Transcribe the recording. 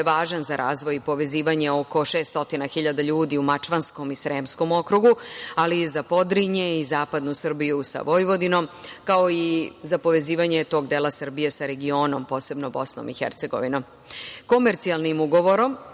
važan za razvoj i povezivanje oko 600.000 ljudi u Mačvanskom i Sremskom okrugu, ali i za Podrinje i zapadnu Srbiju sa Vojvodinom, kao i za povezivanje tog dela Srbije sa regionom, posebnom BiH.Komercijalnim ugovorom